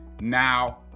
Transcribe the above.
Now